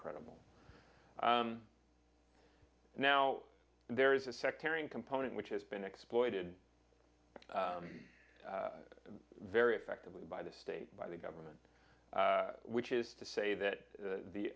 credible now there is a sectarian component which has been exploited very effectively by the state by the government which is to say that the